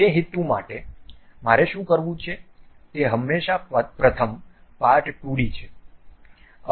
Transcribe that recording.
તે હેતુ માટે મારે શું કરવું છે તે હંમેશાં પ્રથમ પાર્ટ 2 ડી છે